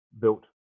built